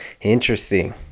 Interesting